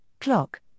CLOCK